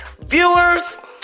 viewers